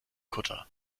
kutter